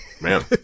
Man